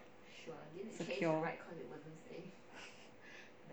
secure